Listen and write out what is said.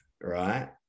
Right